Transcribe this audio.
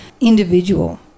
individual